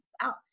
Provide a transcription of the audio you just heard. out